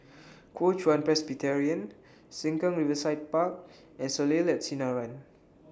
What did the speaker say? Kuo Chuan Presbyterian Sengkang Riverside Park and Soleil and Sinaran